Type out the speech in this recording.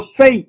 faith